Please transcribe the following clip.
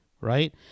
right